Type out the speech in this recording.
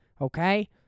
Okay